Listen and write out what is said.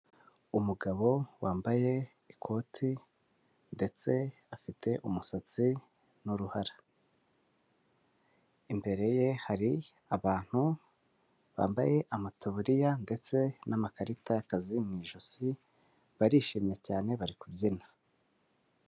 Umugabo wambaye ikoti ndetse afite umusatsi n'uruhara. Imbere ye hari abantu bambaye amatuburiya ndetse n'amakarita y'akazi mu ijosi, barishimye cyane bari kubyina.